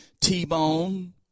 T-bone